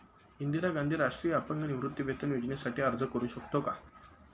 इंदिरा गांधी राष्ट्रीय अपंग निवृत्तीवेतन योजनेसाठी अर्ज करू शकतो का?